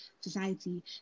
society